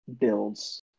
builds